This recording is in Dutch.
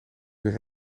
zich